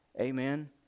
Amen